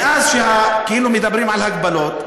מאז שכאילו מדברים על הגבלות,